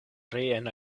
reen